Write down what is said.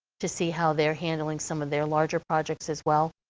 to see how they're handling some of their larger projects as well.